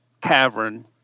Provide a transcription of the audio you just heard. cavern